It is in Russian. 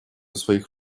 своих